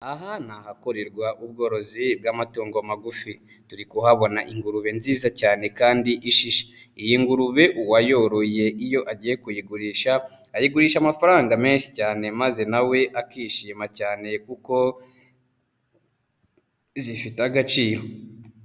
Aha ni ahakorerwa ubworozi bw'amatungo magufi, turi kuhabona ingurube nziza cyane kandi ishishe. Iyi ngurube uwayoroye iyo agiye kuyigurisha, ayigurisha amafaranga menshi cyane maze nawe akishima cyane kuko, zifite agaciro.